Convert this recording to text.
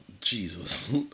Jesus